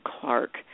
Clark